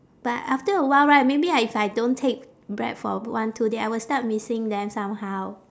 but after a while right maybe I if I don't take bread for one two day I will start missing them somehow